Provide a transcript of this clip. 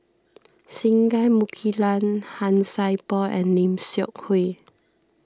Singai Mukilan Han Sai Por and Lim Seok Hui